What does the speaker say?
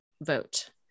vote